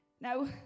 Now